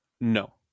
No